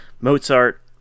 Mozart